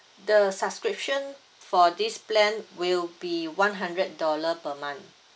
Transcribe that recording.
the subscription for this plan will be one hundred dollar per month